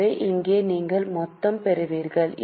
எனவே இங்கே நீங்கள் மொத்தம் பெறுவீர்கள்